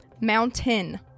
Mountain